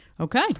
Okay